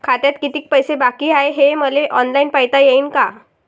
खात्यात कितीक पैसे बाकी हाय हे मले ऑनलाईन पायता येईन का?